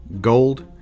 gold